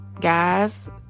guys